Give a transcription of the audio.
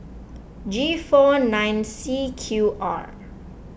G four nine C Q R